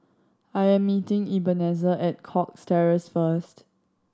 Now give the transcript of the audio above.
I'm meeting Ebenezer at Cox Terrace first